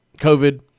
COVID